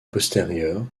postérieure